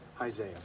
Isaiah